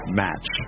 match